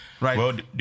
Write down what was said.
Right